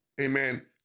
amen